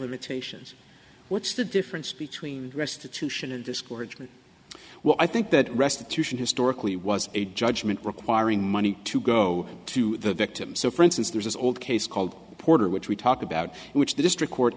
limitations what's the difference between restitution and discouragement well i think that restitution historically was a judgment requiring money to go to the victims so for instance there's an old case called porter which we talk about which the district court